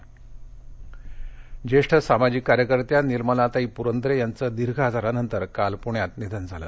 निधनः ज्येष्ठ सामाजिक कार्यकर्त्या निर्मलाताई पुरंदरे यांचं दीर्घ आजारानंतर काल पुण्यात निधन झालं